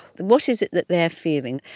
what is it that they are feeling?